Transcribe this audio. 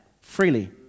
freely